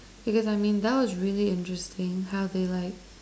because I mean that was really interesting how they like